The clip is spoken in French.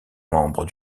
membre